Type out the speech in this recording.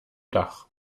dach